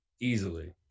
easily